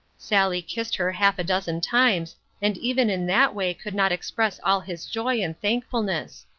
sally kissed her half a dozen times and even in that way could not express all his joy and thankfulness.